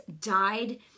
died